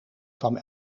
kwam